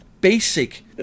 basic